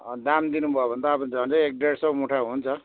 दाम दिनु भयो भने त अब झन्डै एक डेढ सय मुठा हुन्छ